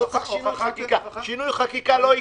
לא צריך שינוי חקיקה כי שינוי חקיקה לא יקרה.